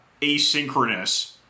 asynchronous